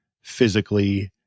physically